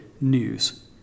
news